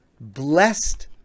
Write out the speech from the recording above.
Blessed